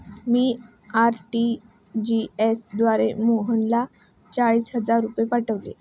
मी RTGS द्वारे मोहितला चाळीस हजार रुपये पाठवले